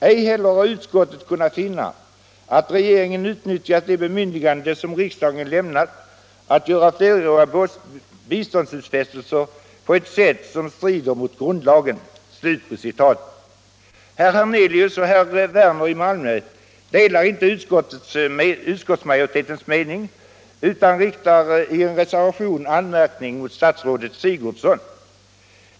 Ej heller har utskottet kunnat finna att regeringen utnyttjat det bemyndigande som riksdagen lämnat att göra fleråriga biståndsutfästelser på ett sätt som strider mot grundlagen.” Herr Hernelius och herr Werner i Malmö delar inte utskottsmajoritetens mening utan riktar i en reservation anmärkning mot fru statsrådet Sigurdsen.